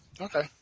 Okay